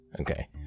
Okay